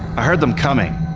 i heard them coming.